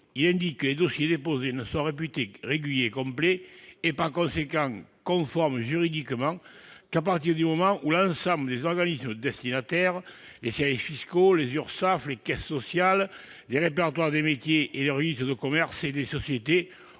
Il prévoit que les dossiers déposés ne sont réputés réguliers et complets, et par conséquent juridiquement conformes, qu'à partir du moment où l'ensemble des organismes destinataires- les services fiscaux, les URSSAF, les caisses sociales, les répertoires des métiers et les registres du commerce et des sociétés